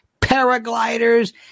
paragliders